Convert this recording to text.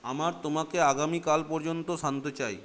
আমার তোমাকে আগামীকাল পর্যন্ত শান্ত চাই